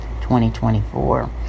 2024